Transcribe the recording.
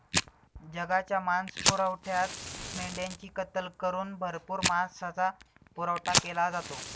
जगाच्या मांसपुरवठ्यात मेंढ्यांची कत्तल करून भरपूर मांसाचा पुरवठा केला जातो